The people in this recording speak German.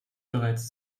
bereits